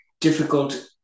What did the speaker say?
difficult